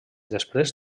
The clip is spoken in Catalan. després